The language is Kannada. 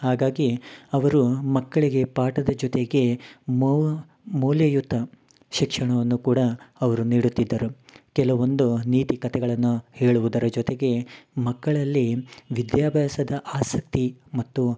ಹಾಗಾಗಿ ಅವರು ಮಕ್ಕಳಿಗೆ ಪಾಠದ ಜೊತೆಗೆ ಮೌಲ್ಯಯುತ ಶಿಕ್ಷಣವನ್ನು ಕೂಡ ಅವರು ನೀಡುತ್ತಿದ್ದರು ಕೆಲವೊಂದು ನೀತಿ ಕತೆಗಳನ್ನ ಹೇಳುವುದರ ಜೊತೆಗೆ ಮಕ್ಕಳಲ್ಲಿ ವಿದ್ಯಾಭ್ಯಾಸದ ಆಸಕ್ತಿ ಮತ್ತು